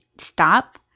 stop